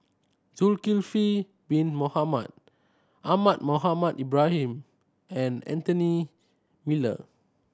Zulkifli Bin Mohamed Ahmad Mohamed Ibrahim and Anthony Miller